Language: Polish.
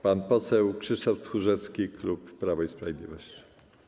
Pan poseł Krzysztof Tchórzewski, klub Prawo i Sprawiedliwość.